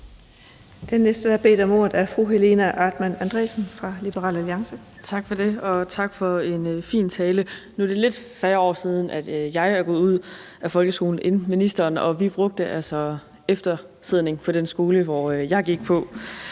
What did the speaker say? fra Liberal Alliance. Kl. 18:42 Helena Artmann Andresen (LA): Tak for det. Og tak for en fin tale. Nu er det lidt færre år siden, at jeg er gået ud af folkeskolen, end ministeren, og vi brugte altså eftersidning på den skole, som jeg gik på.